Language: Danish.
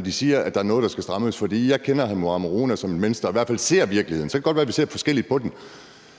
Moderaterne siger, at der er noget, der skal strammes? Jeg kender hr. Mohammad Rona som et menneske, der i hvert fald ser virkeligheden. Så kan det godt være, vi ser forskelligt på den,